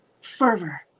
fervor